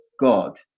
God